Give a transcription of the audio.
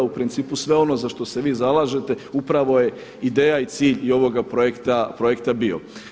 U principu sve ono za što se vi zalažete upravo je ideja i cilj i ovoga projekta bio.